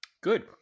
Good